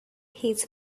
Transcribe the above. his